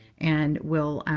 and we'll